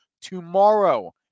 tomorrow